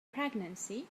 pregnancy